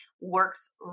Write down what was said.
works